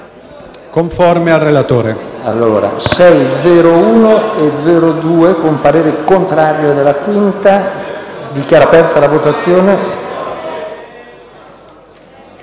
conforme al relatore.